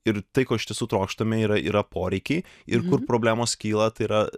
ir tai ko iš tiesų trokštame yra yra poreikiai ir kur problemos kyla tai yra